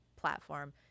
platform